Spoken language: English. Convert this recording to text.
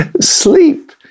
Sleep